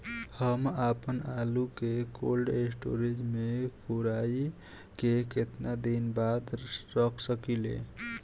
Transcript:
हम आपनआलू के कोल्ड स्टोरेज में कोराई के केतना दिन बाद रख साकिले?